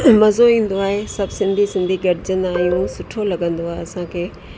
मज़ो ईंदो आहे सभु सिंधी सिंधी गॾिजंदा आहियूं सुठो लॻंदो आहे असांखे